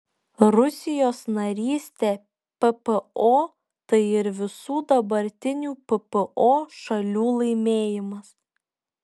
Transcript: rusijos narystė ppo tai ir visų dabartinių ppo šalių laimėjimas